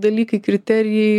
dalykai kriterijai